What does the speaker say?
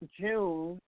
June